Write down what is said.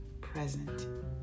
present